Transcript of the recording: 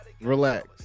Relax